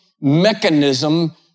mechanism